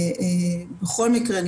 כל הדברים האלה,